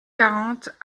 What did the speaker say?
quarante